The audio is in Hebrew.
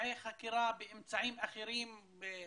באמצעי חקירה, באמצעים אחרים חדשניים,